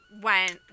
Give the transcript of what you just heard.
went